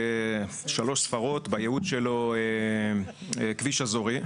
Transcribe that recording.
כביש ממוספר בשלוש ספרות בייעוד שלו הוא כביש אזורי,